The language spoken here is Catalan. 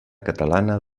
catalana